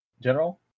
General